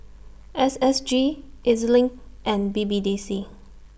S S G E Z LINK and B B D C